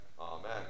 Amen